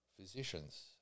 physicians